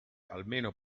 almeno